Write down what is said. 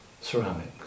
ceramics